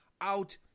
out